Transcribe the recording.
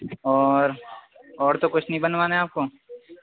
اور اور تو کچھ نہیں بنوانا آپ کو